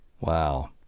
Wow